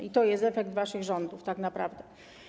I to jest efekt waszych rządów tak naprawdę.